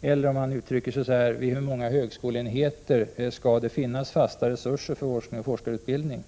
Eller man kan uttrycka det så här: Vid hur många högskoleenheter skall det finnas fasta resurser för forskning och forskarutbildning?